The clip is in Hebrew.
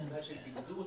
מקרים של בדידות,